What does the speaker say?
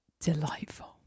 delightful